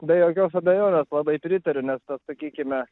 be jokios abejonės labai pritariu nes tas sakykime